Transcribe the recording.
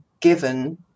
given